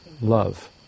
love